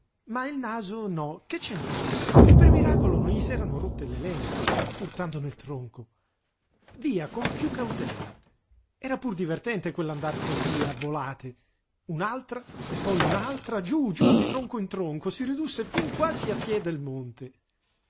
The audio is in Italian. ma il naso no che c'entrava e per miracolo non gli s'erano rotte le lenti urtando nel tronco via con piú cautela era pur divertente quell'andar cosí a volate un'altra e poi un'altra giú giú di tronco in tronco si ridusse fin quasi a piè del monte